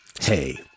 Hey